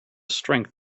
strength